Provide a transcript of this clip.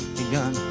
begun